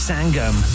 Sangam